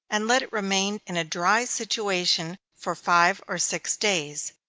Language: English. and let it remain in a dry situation for five or six days.